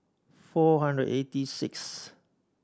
four hundred eighty sixth